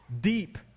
deep